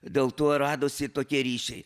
dėl to ir radosi tokie ryšiai